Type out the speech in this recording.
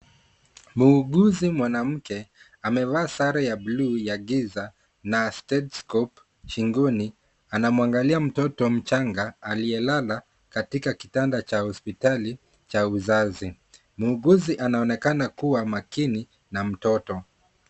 Muuguzi mwanamke amevaa sare ya bluu ya giza na stethoscope shingoni, anamuangalia mtoto mchanga aliyelala katika kitanda cha hospitali cha uzazi. Muuguzi anaonekana kuwa makini na mtoto.